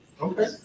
Okay